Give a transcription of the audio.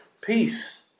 peace